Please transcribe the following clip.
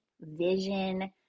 vision